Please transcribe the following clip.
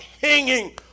hanging